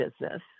business